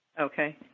Okay